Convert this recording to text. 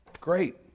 great